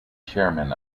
chairman